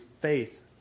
faith